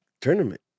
tournament